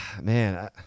Man